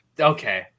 Okay